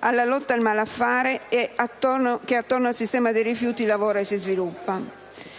alla lotta al malaffare che attorno al sistema dei rifiuti lavora e si sviluppa.